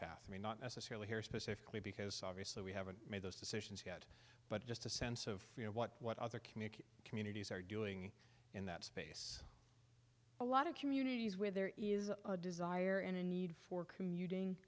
path may not necessarily here specifically because obviously we haven't made those decisions yet but just a sense of you know what what other community communities are doing in that space a lot of communities where there is a desire in a need for commuting